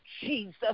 Jesus